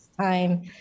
time